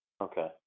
Okay